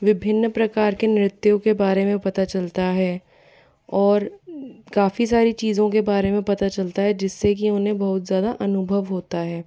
विभिन्न प्रकार के नृत्यों के बारे में पता चलता है और काफी सारी चीजों के बारे में पता चलता है जिससे कि उन्हें बहुत ज़्यादा अनुभव होता है